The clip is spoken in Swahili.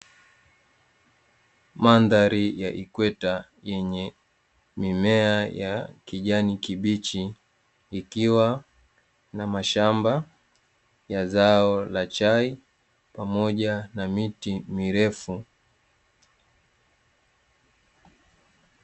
Mandhari ya ikweta yenye mimea ya kijani kibichi, ikiwa na mashamba ya zao la chai pamoja na miti mirefu.